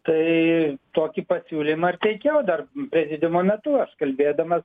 tai tokį pasiūlymą teikiau dar prezidiumo metu aš kalbėdamas